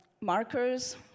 markers